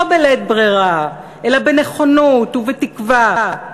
לא בלית ברירה אלא בנכונות ובתקווה.